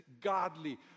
godly